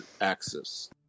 axis